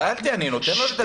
שאלתי, אני נותן לו לדבר.